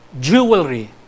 jewelry